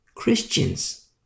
Christians